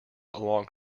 along